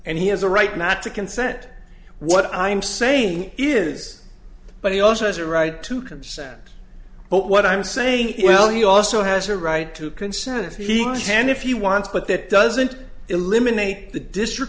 and he has a right not to consent what i'm saying is but he also has a right to consent but what i'm saying well he also has a right to consent if he can stand if he wants but that doesn't eliminate the district